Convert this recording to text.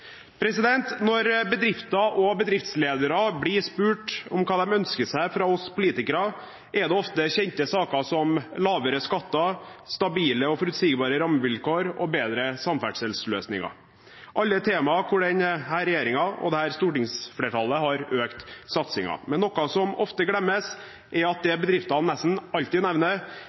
Når bedrifter og bedriftsledere blir spurt om hva de ønsker seg av oss politikere, er det ofte kjente saker som lavere skatter, stabile og forutsigbare rammevilkår og bedre samferdselsløsninger. Alle er temaer hvor denne regjeringen og dette stortingsflertallet har økt satsingen. Men noe som ofte glemmes, er at det bedriftene nesten alltid nevner,